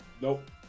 nope